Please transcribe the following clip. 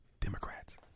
Democrats